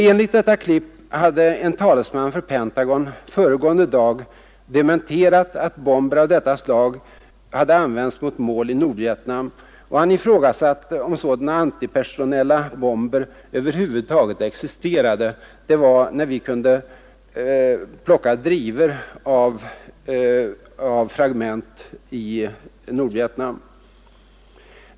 Enligt detta klipp hade en talesman för Pentagon föregående dag dementerat att bomber av detta slag hade använts mot mål i Nordvietnam. Han ifrågasatte om sådana antipersonella bomber över huvud taget existerade. — Detta var alltså när vi kunde plocka drivor av sådana bombfragment i Nordvietnam.